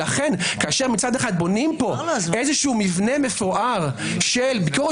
לכן כאשר מצד אחד בונים פה מבנה מפואר של ביקורת